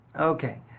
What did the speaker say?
Okay